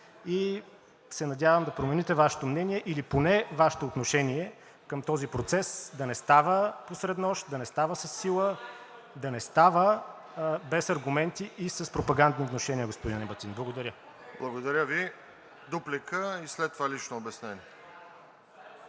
и се надявам да промените Вашето мнение или поне Вашето отношение към този процес – да не става посред нощ, да не става със сила, да не става без аргументи и с пропагандни внушения, господин Ебатин. Благодаря. ПРЕДСЕДАТЕЛ РОСЕН ЖЕЛЯЗКОВ: Благодаря Ви. Дуплика и след това лично обяснение.